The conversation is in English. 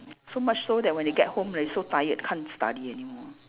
so much so that when they get home they so tired can't study anymore